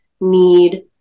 need